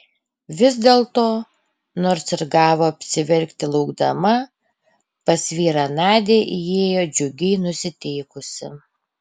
vis dėlto nors ir gavo apsiverkti laukdama pas vyrą nadia įėjo džiugiai nusiteikusi